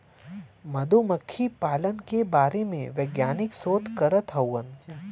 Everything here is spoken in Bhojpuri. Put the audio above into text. मधुमक्खी पालन के बारे में वैज्ञानिक शोध करत हउवन